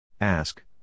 Ask